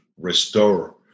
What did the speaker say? restore